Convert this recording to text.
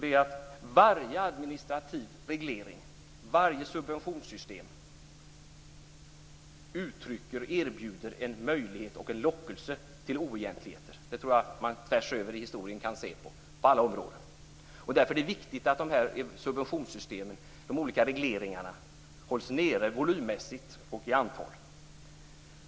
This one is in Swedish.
Det är att varje administrativ reglering, varje subventionssystem, erbjuder en möjlighet och en lockelse till oegentligheter. Det tror jag att man tvärs igenom historien kan se på alla områden. Därför är det viktigt att subventionssystemen, de olika regleringarna, hålls nere volymmässigt och i antal.